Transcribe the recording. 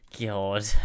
God